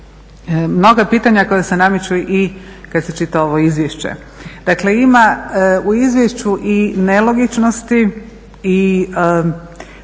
mnoga pitanja koja se nameću kada se čita ovo izvješće. Ima u izvješću i nelogičnosti,